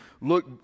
look